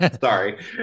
sorry